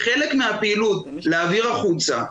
חלק מהפעילות להעביר החוצה,